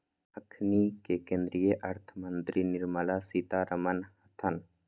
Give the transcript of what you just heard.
अखनि के केंद्रीय अर्थ मंत्री निर्मला सीतारमण हतन